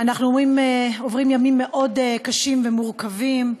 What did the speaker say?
אנחנו עוברים ימים קשים ומורכבים מאוד.